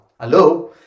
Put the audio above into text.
hello